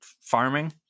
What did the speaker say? farming